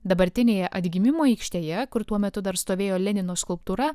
dabartinėje atgimimo aikštėje kur tuo metu dar stovėjo lenino skulptūra